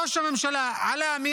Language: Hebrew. וכאשר ההכנסה שלה